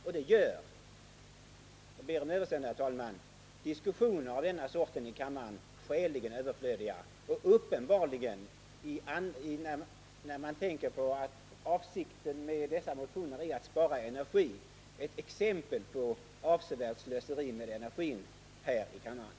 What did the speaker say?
Jag ber om överseende, herr talman, men jag måste säga att det gör att diskussioner av denna sort i kammaren blir skäligen överflödiga och uppenbarligen utgör — när man tänker på att avsikten med dessa motioner är att spara energi — exempel på avsevärt slöseri med energin här i kammaren.